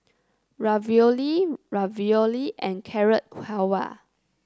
Ravioli Ravioli and Carrot Halwa